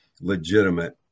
legitimate